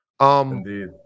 Indeed